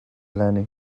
eleni